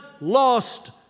lost